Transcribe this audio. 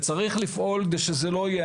וצריך לפעול, ושזה לא יהיה.